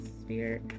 Spirit